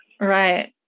Right